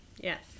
Yes